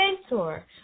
mentor